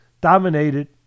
dominated